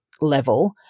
level